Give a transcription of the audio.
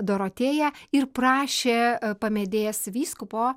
dorotėja ir prašė pamedės vyskupo